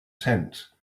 tent